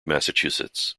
massachusetts